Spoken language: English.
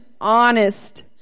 honest